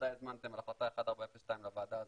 בוודאי הזמנתם על החלטה 1402 לוועדה הזאת.